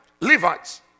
Levites